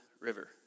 River